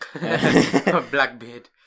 Blackbeard